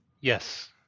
Yes